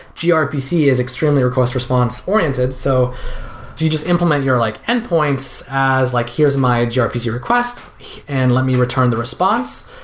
ah grpc is extremely request response oriented. so you just implement your like end points as like, here is my ah grpc request and let me return the response,